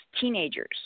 teenagers